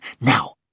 Now